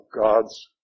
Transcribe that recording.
God's